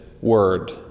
word